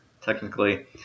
technically